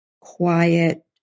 quiet